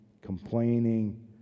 complaining